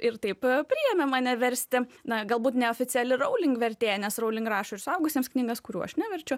ir taip priėmė mane versti na galbūt ne oficiali rowling vertėja nes rowling rašo ir suaugusiems knygas kurių aš neverčiu